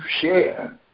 share